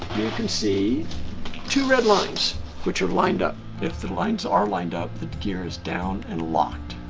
can see two red lines which are lined up. if the lines are lined up the gear is down and locked.